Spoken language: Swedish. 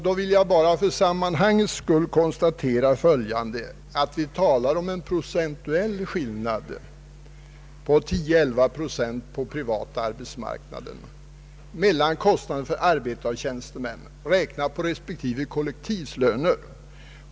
Då vill jag bara för sammanhangets skull konstatera att vi talar om en procentuell skillnad. På den privata arbetsmarknaden gäller det 10—11 procents skillnad i kostnad mellan arbetare och tjänstemän räknat på respektive kollektivs löner.